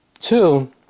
Two